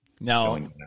Now